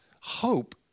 Hope